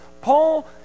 Paul